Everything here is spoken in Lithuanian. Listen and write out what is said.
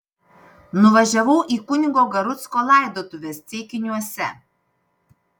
nuvažiavau į kunigo garucko laidotuves ceikiniuose